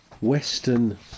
Western